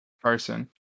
person